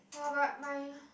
!whoa! but mine